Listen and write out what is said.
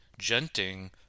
Genting